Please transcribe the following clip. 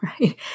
right